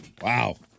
Wow